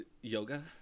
Yoga